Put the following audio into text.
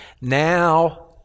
now